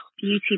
beauty